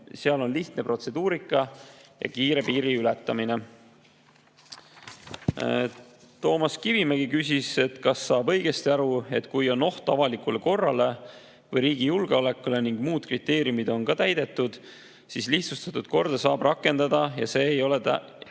seal on lihtne protseduurika ja kiire piiri ületamine. Toomas Kivimägi küsis, kas ta saab õigesti aru, et kui on oht avalikule korrale või riigi julgeolekule ning muud kriteeriumid on ka täidetud, siis lihtsustatud korda saab rakendada ja pole tähtis,